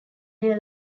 their